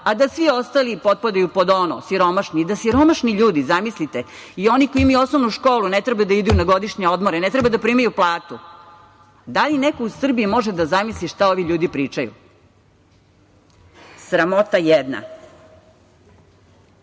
a da svi ostali potpadaju pod ono – siromašni, i da siromašni ljudi, zamislite, i oni koji imaju osnovnu školu, ne treba da idu na godišnje odmore, ne treba da primaju platu. Da li neko u Srbiji može da zamisli šta ovi ljudi pričaju? Sramota jedna. Taj